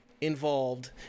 involved